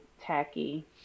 tacky